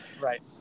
right